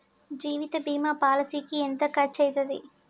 జీవిత బీమా పాలసీకి ఎంత ఖర్చయితది?